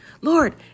Lord